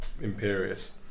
imperious